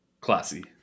Classy